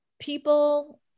people